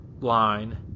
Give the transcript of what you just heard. line